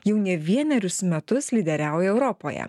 jau ne vienerius metus lyderiauja europoje